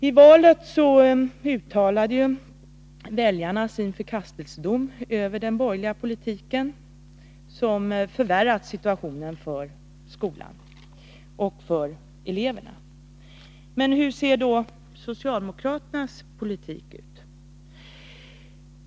I valet uttalade väljarna sin förkastelsedom över den borgerliga politiken, som förvärrat situationen för skolan och för eleverna. Men hur ser då socialdemokraternas politik ut?